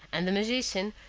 and the magician,